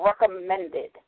recommended